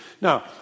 Now